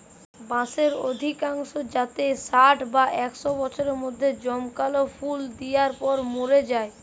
বাঁশের অধিকাংশ জাতই ষাট বা একশ বছরের মধ্যে জমকালো ফুল দিয়ার পর মোরে যায়